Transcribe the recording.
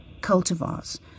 cultivars